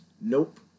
Nope